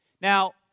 Now